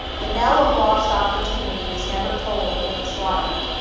the knell of lost opportunity is never tolled in this life.